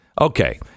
Okay